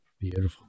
Beautiful